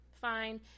Fine